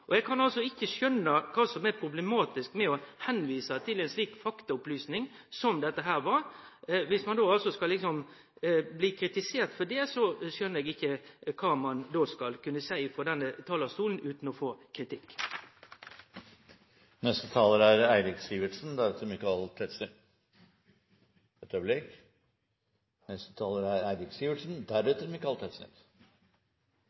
aukar. Eg kan ikkje skjøne kva som er problematisk med å vise til ei slik faktaopplysing som dette. Dersom ein skal bli kritisert for det, skjønar eg ikkje kva ein skal kunne seie frå denne talarstolen utan å få kritikk. Neste taler er representanten Eirik Sivertsen, deretter representanten Michael Tetzschner. Jeg ser at Tetzschner er på vei opp på talerstolen, men det er altså Eirik